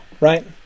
right